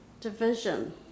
division